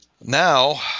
Now